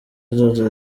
zose